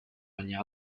baina